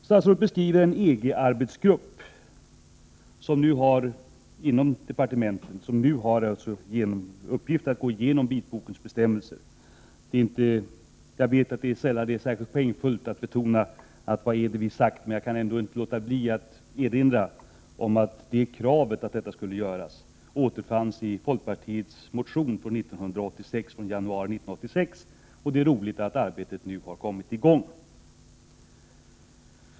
Statsrådet talar i svaret om EG-arbetsgrupper inom regeringskansliet som har i uppgift att gå igenom vitbokens bestämmelser — jag vet att man sällan vinner särskilt många poäng genom att betona vad man tidigare sagt, men jag kan ändå inte låta bli att erinra om att kravet på att detta skulle göras återfanns i folkpartiets motion från januari 1986. Det är roligt att arbetet nu har kommit i gång.